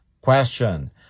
Question